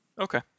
Okay